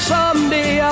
Someday